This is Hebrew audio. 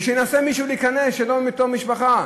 ושינסה להיכנס מישהו שלא מאותה משפחה.